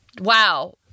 Wow